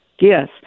Yes